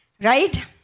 right